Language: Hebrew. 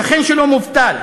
השכן שלו מובטל,